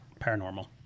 Paranormal